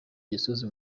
gisozi